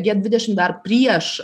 g dvidešim dar prieš